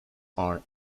are